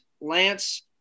Lance